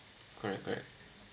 correct correct